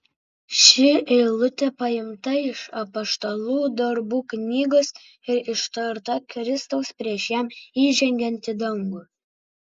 ši eilutė paimta iš apaštalų darbų knygos ir ištarta kristaus prieš jam įžengiant į dangų